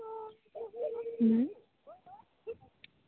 ᱦᱩᱸ